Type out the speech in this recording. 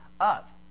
up